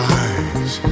eyes